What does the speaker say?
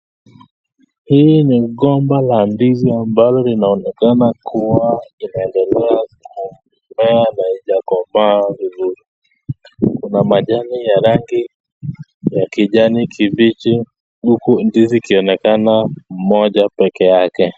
Hii ni ngomba la ndizi ambalo linaonekanakua na haija komaa vizuri kuna kajani ya rangi ya kijani kibichi uku ndizi ikionekana moja pekeyake.